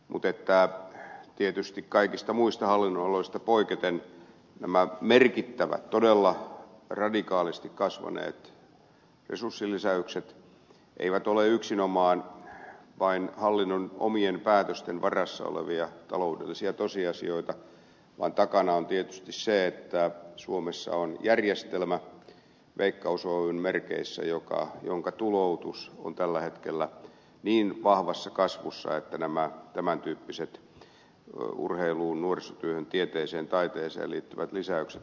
mutta tietysti kaikista muista hallinnonaloista poiketen nämä merkittävät todella radikaalisti kasvaneet resurssilisäykset eivät ole yksinomaan vain hallinnon omien päätösten varassa olevia taloudellisia tosiasioita vaan takana on tietysti se että suomessa on järjestelmä veikkaus oyn merkeissä jonka tuloutus on tällä hetkellä niin vahvassa kasvussa että nämä tämän tyyppiset urheiluun nuorisotyöhön tieteeseen taiteeseen liittyvät lisäykset käyvät mahdollisiksi